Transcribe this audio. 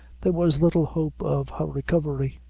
there was little hope of her recovery.